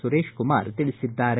ಸುರೇಶ್ಕುಮಾರ್ ತಿಳಿಸಿದ್ದಾರೆ